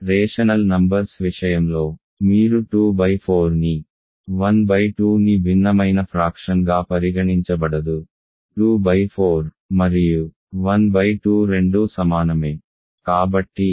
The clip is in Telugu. రేషనల్ నంబర్స్ విషయంలో మీరు 24ని 12ని భిన్నమైన ఫ్రాక్షన్ గా పరిగణించబడదు 24 మరియు ½ రెండూ సమానమే